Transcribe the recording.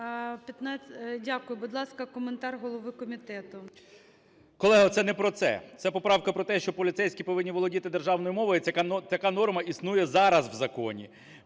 Дякую. Будь ласка, коментар голови комітету. 13:50:20 КНЯЖИЦЬКИЙ М.Л. Колего, це не про це. Це поправка про те, що поліцейські повинні володіти державною мовою. Така норма існує зараз в законі.